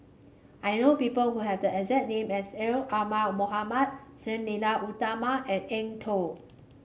I know people who have the exact name as L Omar Mohamed Sang Nila Utama and Eng Tow